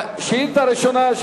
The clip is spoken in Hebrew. שאילתא ראשונה,